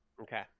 Okay